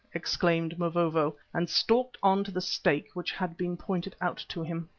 exclaimed mavovo, and stalked on to the stake which had been pointed out to him.